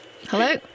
Hello